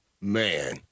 Man